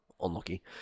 Unlucky